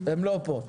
הם לא פה,